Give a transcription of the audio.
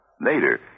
Later